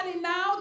now